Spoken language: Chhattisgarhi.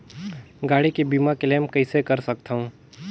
गाड़ी के बीमा क्लेम कइसे कर सकथव?